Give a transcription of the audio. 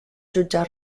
jutjar